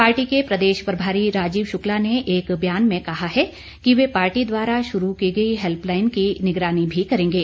party के प्रदेश प्रभारी राजीव शुक्ला ने एक बयान में कहा है कि वे पार्टी द्वारा शुरू की गई हैल्पलाईन की निगरानी भी करेंगे